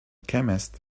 chemist